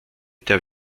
der